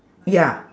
ya